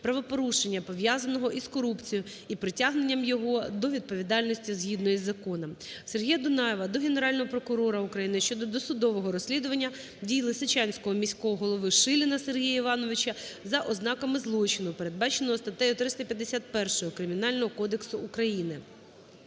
правопорушення, пов'язаного із корупцією, і притягнення його до відповідальності згідно із законом. СергіяДунаєва до Генерального прокурора України щодо досудового розслідування дій Лисичанського міського голови Шиліна Сергія Івановича за ознаками злочину, передбаченого статтею 351 Кримінального кодексу України.